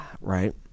Right